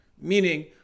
meaning